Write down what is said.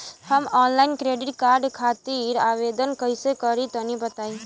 हम online credit card खातिर आवेदन कइसे करि तनि बताई?